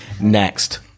Next